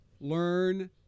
learn